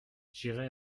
j’irai